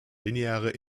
lineare